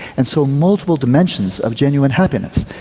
and so multiple dimensions of genuine happiness.